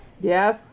Yes